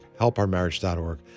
Helpourmarriage.org